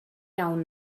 iawn